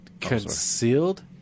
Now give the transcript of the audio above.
concealed